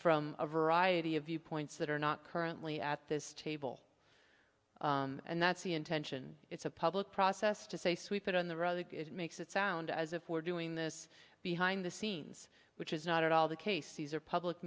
from a variety of viewpoints that are not currently at this table and that's the intention it's a public process to say sweep it on the road it makes it sound as if we're doing this behind the scenes which is not at all the case these are public